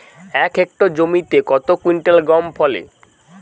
এক হেক্টর জমিতে কত কুইন্টাল গম ফলে?